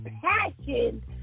passion